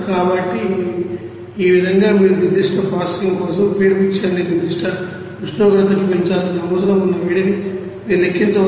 కాబట్టి ఈ విధంగా మీరు నిర్దిష్ట ప్రాసెసింగ్ కోసం ఫీడ్ మిక్సర్ని నిర్దిష్ట ఉష్ణోగ్రతకి పెంచాల్సిన అవసరం ఉన్న వేడిని మీరు లెక్కించవచ్చు